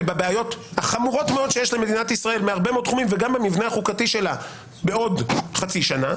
בבעיות החמורות מאוד של המדינה וגם במבנה החוקתי שלה בעוד חצי שנה.